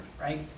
right